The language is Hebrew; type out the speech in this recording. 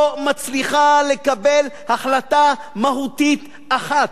לא מצליחה לקבל החלטה מהותית אחת.